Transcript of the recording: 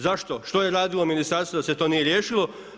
Zašto, što je radilo ministarstvo da se to nije riješilo?